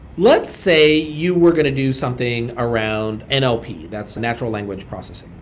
let's say you were going to do something around and nlp, that's natural language processing.